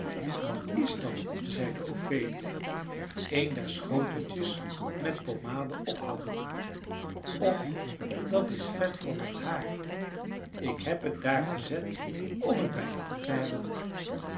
wat is dat zeide ophelia een der schoteltjes met pommade ophoudende och dat is vet voor mijn haar ik heb het daar gezet om het bijdehand te hebben